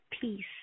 peace